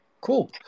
Cool